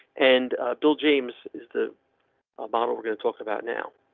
and bill james is the ah bottle we're going to talk about now.